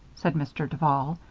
said mr. duval,